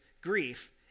grief